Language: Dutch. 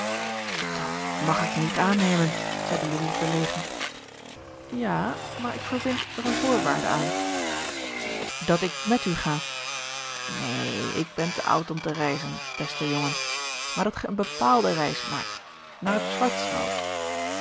dat mag ik niet aannemen zeide louis verlegen ja maar ik verbind er een voorwaarde aan dat ik met u ga neen ik ben te oud om te reizen beste jongen maar dat gij een bepaalde reis maakt naar t